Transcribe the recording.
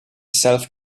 self